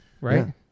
right